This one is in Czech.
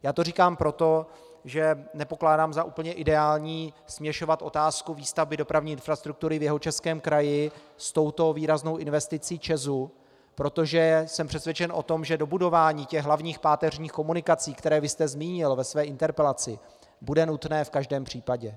Já to říkám proto, že nepokládám za úplně ideální směšovat otázku výstavby dopravní infrastruktury v Jihočeském kraji s touto výraznou investicí ČEZu, protože jsem přesvědčen o tom, že dobudování hlavních páteřních komunikací, které vy jste zmínil ve své interpelaci, bude nutné v každém případě.